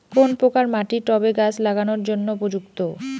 কোন প্রকার মাটি টবে গাছ লাগানোর জন্য উপযুক্ত?